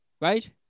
right